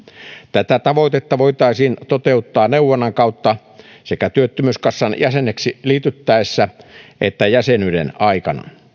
tätä tavoitetta voitaisiin toteuttaa neuvonnan kautta sekä työttömyyskassan jäseneksi liityttäessä että jäsenyyden aikana